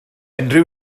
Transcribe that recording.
unrhyw